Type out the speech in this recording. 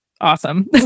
awesome